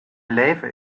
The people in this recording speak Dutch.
leven